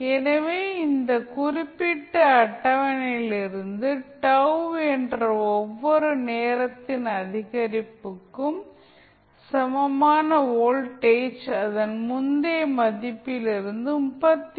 எனவே இந்த குறிப்பிட்ட அட்டவணையில் இருந்து τ என்ற ஒவ்வொரு நேரத்தின் அதிகரிப்புக்கும் சமமாக வோல்டேஜ் அதன் முந்தைய மதிப்பில் இருந்து 36